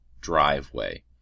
driveway